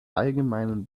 allgemeinen